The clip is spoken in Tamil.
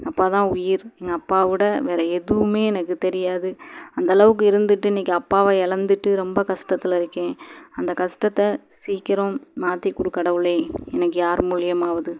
எங்கள் அப்பா தான் உயிர் எங்கள் அப்பாவிட வேற எதுவுமே எனக்குத் தெரியாது அந்தளவுக்கு இருந்துட்டு இன்னக்கு அப்பாவை இலந்துட்டு ரொம்ப கஸ்டத்தில் இருக்கேன் அந்த கஸ்டத்தை சீக்கிரம் மாத்திக்கொடு கடவுளே எனக்கு யார் மூலயமாவுது